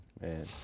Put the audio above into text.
man